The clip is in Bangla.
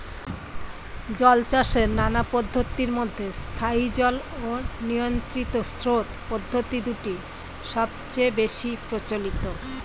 জলচাষের নানা পদ্ধতির মধ্যে স্থায়ী জল ও নিয়ন্ত্রিত স্রোত পদ্ধতি দুটি সবচেয়ে বেশি প্রচলিত